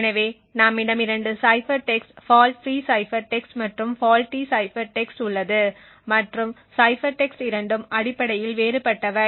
எனவே நம்மிடம் இரண்டு cipher text fault free cipher text மற்றும் ஃபால்ட்டி சைஃபர் டெக்ஸ்ட்உள்ளது மற்றும் சைபர் டெக்ஸ்ட் இரண்டும் அடிப்படையில் வேறுபட்டவை